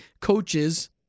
coaches